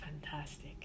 fantastic